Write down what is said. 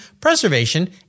preservation